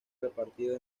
repartido